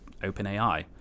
OpenAI